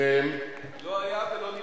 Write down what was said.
היוזם, לא היה ולא נברא.